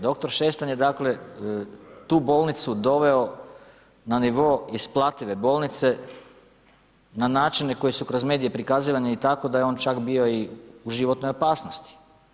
Doktor Šestan je tu bolnicu doveo na nivo isplative bolnice, na načine koji su kroz medije prikazivani tako da je on čak bio i u životnoj opasnosti.